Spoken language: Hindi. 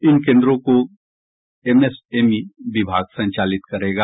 इन कोन्द्रों को एमएसएमई विभाग संचालित करेगा